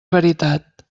veritat